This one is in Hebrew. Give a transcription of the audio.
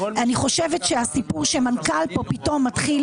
אני חושבת שהסיפור שמנכ"ל פה פתאום מתחיל